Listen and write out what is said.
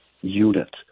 unit